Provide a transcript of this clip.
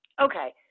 Okay